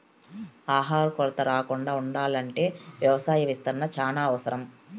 ఆహార కొరత రాకుండా ఉండాల్ల అంటే వ్యవసాయ విస్తరణ చానా అవసరం